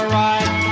right